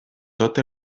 tot